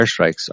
airstrikes